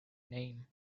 name